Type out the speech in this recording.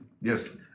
Yes